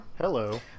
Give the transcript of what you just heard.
hello